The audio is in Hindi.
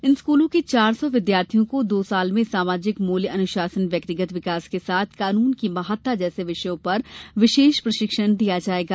इन स्कूलों के चार सौ विद्यार्थियों को दो साल में सामाजिक मूल्य अनुशासन व्यक्तिगत विकास के साथ कानून की महत्ता जैसे विषयों पर विशेष प्रशिक्षण दिया जाएगा